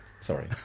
Sorry